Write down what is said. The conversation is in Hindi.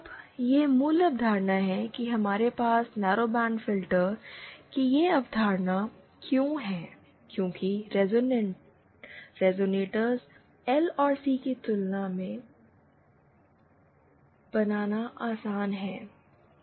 अब यह मूल अवधारणा है कि हमारे पास नैरोबैंड फिल्टर की यह अवधारणा क्यों है क्योंकि रिजोनेटर एल और सी की तुलना में बनाना आसान है